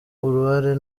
uruhare